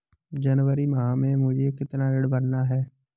जनवरी माह में मुझे कितना ऋण भरना है?